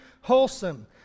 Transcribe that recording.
wholesome